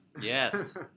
Yes